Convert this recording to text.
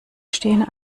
stehen